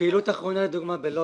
בפעילות האחרונה בלוד,